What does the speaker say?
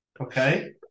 Okay